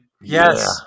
Yes